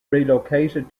relocated